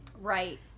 right